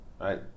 right